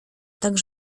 tak